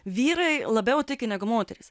vyrai labiau tiki negu moterys